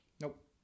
Nope